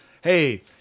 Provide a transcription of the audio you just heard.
Hey